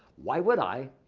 why would i?